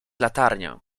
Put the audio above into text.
latarnię